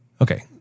okay